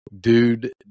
dude